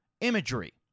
imagery